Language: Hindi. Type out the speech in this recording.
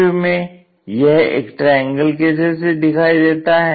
FV में यह एक ट्रायंगल के जैसे दिखाई देता है